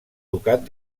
ducat